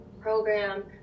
program